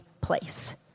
place